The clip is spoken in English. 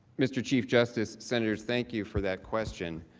mr. chief justice centers thank you for that question